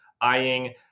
eyeing